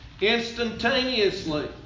Instantaneously